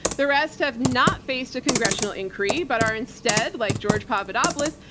the rest have not faced a congressional inquiry, but are instead, like george papadopoulos,